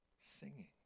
singing